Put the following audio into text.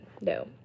no